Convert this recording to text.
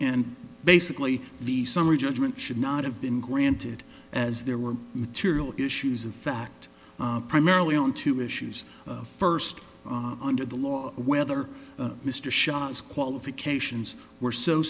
and basically the summary judgment should not have been granted as there were material issues of fact primarily on two issues first under the law whether mr shots qualifications were so